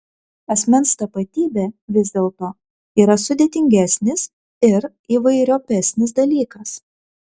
asmens tapatybė vis dėlto yra sudėtingesnis ir įvairiopesnis dalykas